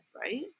right